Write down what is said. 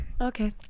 Okay